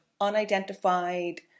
unidentified